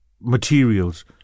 materials